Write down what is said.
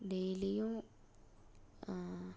டெய்லியும்